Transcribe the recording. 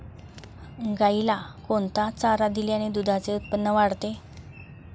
गाईला कोणता चारा दिल्याने दुधाचे उत्पन्न वाढते?